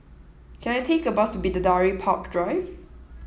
can I take a bus to Bidadari Park Drive